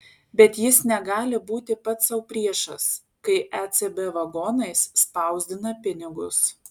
bet jis negali būti pats sau priešas kai ecb vagonais spausdina pinigus